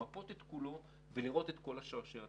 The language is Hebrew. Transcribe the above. למפות את כולו ולראות את כל השרשרת.